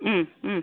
ഉം ഉം